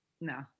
No